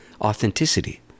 authenticity